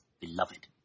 beloved